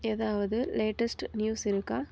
ஏதாவது latest news இருக்கா